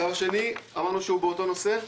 הצו השני, אמרנו שהוא באותו נושא.